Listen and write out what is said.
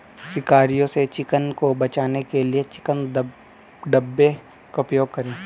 शिकारियों से चिकन को बचाने के लिए चिकन दड़बे का उपयोग करें